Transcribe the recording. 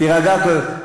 תירגע, קודם כול.